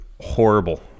horrible